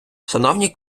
шановні